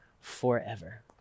forever